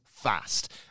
Fast